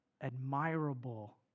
admirable